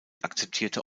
akzeptierte